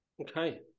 Okay